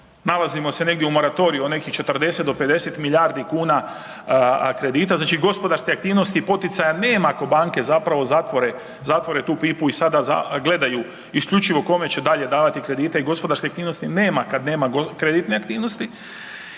nalazimo se negdje u moratoriju od nekih 40 do 50 milijardi kuna kredita, znači gospodarske aktivnosti i poticaja nema ako banke zapravo zatvore, zatvore tu pipu i sada gledaju isključivo kome će dalje davati kredite i gospodarske aktivnosti nema kad nema kreditne aktivnosti